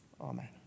Amen